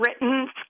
written